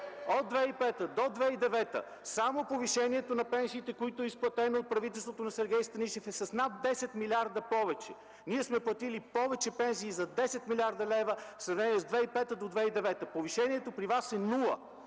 От 2005 до 2009 г. само повишението на пенсиите, което е изплатено от правителството на Сергей Станишев, е с над 10 милиарда повече. Ние сме платили повече пенсии за 10 млрд. лв. в сравнение с 2005 до 2009 г. Повишението при Вас е нула!